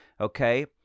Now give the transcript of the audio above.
Okay